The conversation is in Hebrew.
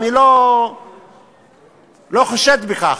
אני לא חושד בכך,